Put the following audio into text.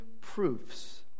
proofs